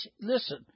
listen